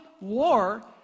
war